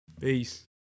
Peace